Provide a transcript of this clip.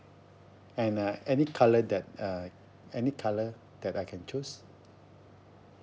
and uh any colour that uh any colour that I can choose